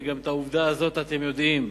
וגם את העובדה הזאת אתם יודעים,